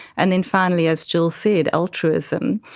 and then finally, as gill said, altruism,